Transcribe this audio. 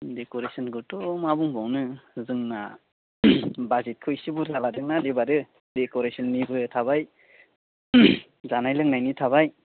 डेक'रेसनखौथ' मा बुंबावनो जोंना बाजेटखौ एसे बुरजा लादोंना एबारो डेक'रेसननिबो थाबाय जानाय लोंनायनि थाबाय